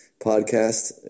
podcast